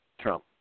Trump